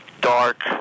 dark